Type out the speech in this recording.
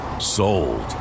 Sold